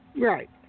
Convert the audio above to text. Right